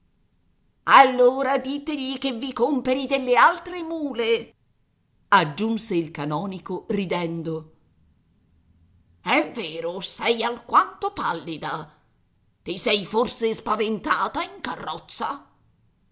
allora ditegli che vi comperi delle altre mule aggiunse il canonico ridendo è vero sei alquanto pallida ti sei forse spaventata in carrozza